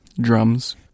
Drums